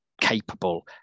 capable